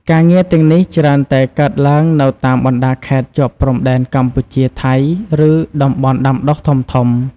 ការងារទាំងនេះច្រើនតែកើតឡើងនៅតាមបណ្ដាខេត្តជាប់ព្រំដែនកម្ពុជា ថៃ ឬតំបន់ដាំដុះធំៗ ។